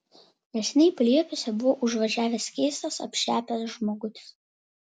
neseniai paliepiuose buvo užvažiavęs keistas apšepęs žmogutis